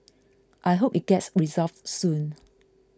I hope it gets resolved soon